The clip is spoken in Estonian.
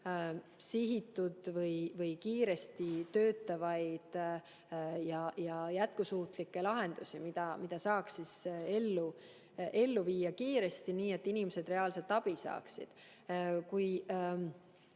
sihitud või kiiresti töötavaid ja jätkusuutlikke lahendusi, mida saaks ellu viia kiiresti, nii et inimesed reaalselt abi saaksid.